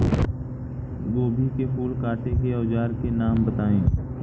गोभी के फूल काटे के औज़ार के नाम बताई?